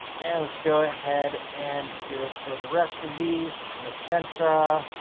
and let's go ahead and do it for the rest of these magenta